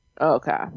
Okay